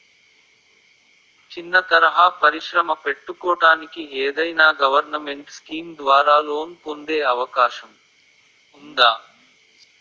చిన్న తరహా పరిశ్రమ పెట్టుకోటానికి ఏదైనా గవర్నమెంట్ స్కీం ద్వారా లోన్ పొందే అవకాశం ఉందా?